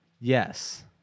Yes